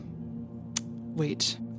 Wait